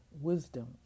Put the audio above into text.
Wisdom